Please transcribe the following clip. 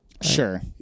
sure